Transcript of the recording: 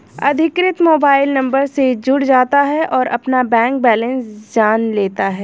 अधिकृत mobile number से जुड़ जाता है और अपना बैंक बेलेंस जान लेता है